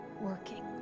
working